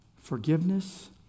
Forgiveness